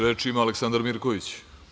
Reč ima Aleksandar Mirković.